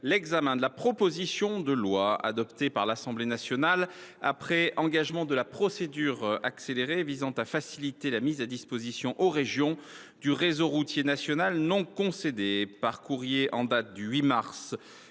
discussion de la proposition de loi, adoptée par l’Assemblée nationale après engagement de la procédure accélérée, visant à faciliter la mise à disposition aux régions du réseau routier national non concédé (proposition n° 347, texte